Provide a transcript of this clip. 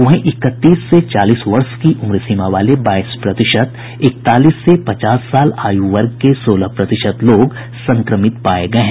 वहीं इकतीस से चालीस वर्ष की उम्र सीमा वाले बाईस प्रतिशत इकतालीस से पचास साल आयु वर्ग के सोलह प्रतिशत लोग संक्रमित पाये गये हैं